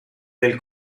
del